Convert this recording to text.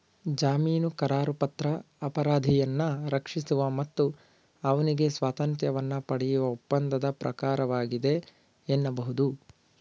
ಜಾಮೀನುಕರಾರುಪತ್ರ ಅಪರಾಧಿಯನ್ನ ರಕ್ಷಿಸುವ ಮತ್ತು ಅವ್ನಿಗೆ ಸ್ವಾತಂತ್ರ್ಯವನ್ನ ಪಡೆಯುವ ಒಪ್ಪಂದದ ಪ್ರಕಾರವಾಗಿದೆ ಎನ್ನಬಹುದು